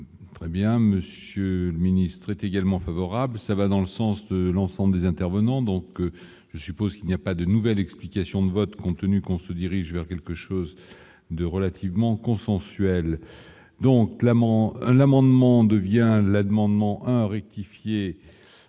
très bien monsieur le ministre est également favorable, ça va dans le sens de l'ensemble des intervenants, donc je suppose qu'il n'y a pas de nouvelles explications de vote compte tenu qu'on se dirige vers quelque chose. De relativement consensuel, donc l'amendement devient la demande mon rectifier